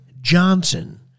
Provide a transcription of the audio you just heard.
Johnson